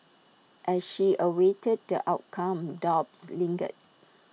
as she awaited the outcome doubts lingered